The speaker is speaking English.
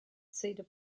cedar